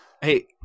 Hey